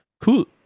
Cool